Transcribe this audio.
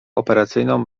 operacyjną